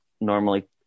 normally